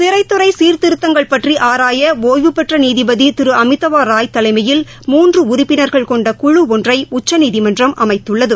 சிறைத்துறை சீர்திருத்தங்கள் பற்றி ஆராய ஒய்வூபெற்ற நீதிபதி திரு அமிதவா ராய் தலைமையில் மூன்று உறுப்பினா்கள் கொண்ட குழு ஒன்றை உச்சநீதிமன்றம் அமைத்துள்ளது